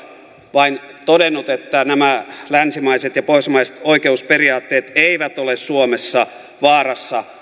vain todennut että nämä länsimaiset ja pohjoismaiset oikeusperiaatteet eivät ole suomessa vaarassa